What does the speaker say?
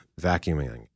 vacuuming